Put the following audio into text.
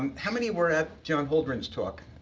um how many were at john holdren's talk?